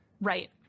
Right